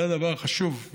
זה הדבר החשוב.